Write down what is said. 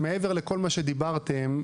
מה שדיברתם,